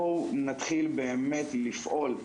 בואו נתחיל באמת לפעול,